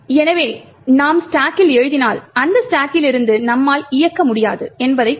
எனவே நாம் ஸ்டாக்கில் எழுதினால் அந்த ஸ்டாக்கிலிருந்து நம்மால் இயக்க முடியாது என்பதைக் குறிக்கும்